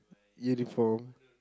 uniform